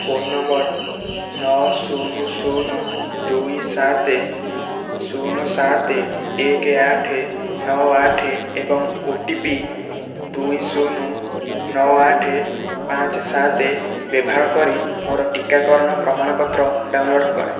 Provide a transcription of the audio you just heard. phone number ନଅ ଶୂନ ଶୂନ ଦୁଇ ସାତ ଶୂନ ସାତ ଶୂନ ସାତ ଏକ ଆଠ ନଅ ଆଠ ଏବଂ ଓ ଟି ପି ଦୁଇ ଶୂନ ନଅ ଆଠ ପାଞ୍ଚ ସାତ ବ୍ୟବହାର କରି ମୋର ଟୀକାକରଣ ପ୍ରମାଣପତ୍ର ଡାଉନଲୋଡ଼୍ କର